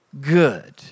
good